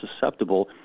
susceptible